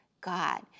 God